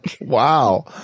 Wow